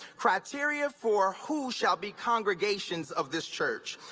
criteria for who shall be congregations of this church.